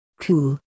cool